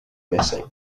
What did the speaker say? missing